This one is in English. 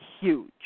huge